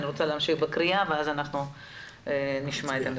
אני רוצה להמשיך בהקראה ואחר כך נשמע את הנציג.